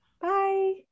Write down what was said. Bye